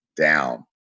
down